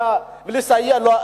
ואנו נסייע לו,